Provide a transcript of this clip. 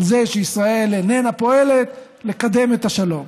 זה שישראל איננה פועלת לקדם את השלום.